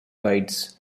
bites